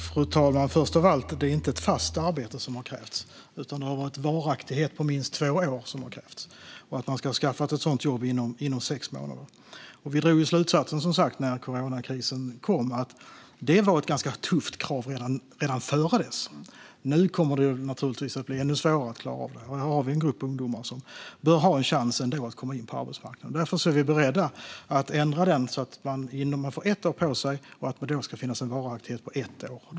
Fru talman! Först av allt har det inte varit ett fast arbete som har krävts utan varaktighet på minst på två år och att man ska ha skaffat ett sådant jobb inom sex månader. När coronakrisen kom drog vi som sagt slutsatsen att det var ett ganska tufft krav. Det var redan tufft. Nu kommer det naturligtvis att bli ännu svårare att klara av. Vi har här en grupp ungdomar som ändå bör ha en chans att komma in på arbetsmarknaden. Därför är vi för att göra det lättare och är beredda att ändra så att man får ett år på sig, och det ska finnas en varaktighet på ett år.